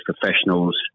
professionals